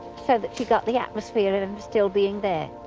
so that she got the atmosphere of him still being there.